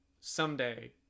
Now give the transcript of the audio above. someday